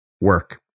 Work